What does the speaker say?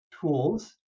tools